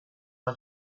was